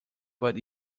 but